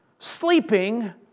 sleeping